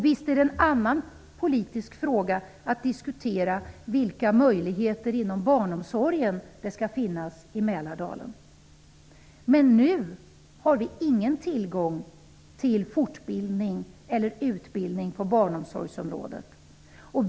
Visst är det en annan politisk fråga att diskutera vilka möjligheter inom barnomsorgen det skall finnas i Mälardalen. Men nu finns det inte någon tillgång till fortbildning eller utbildning på barnomsorgsområdet.